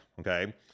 okay